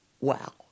Wow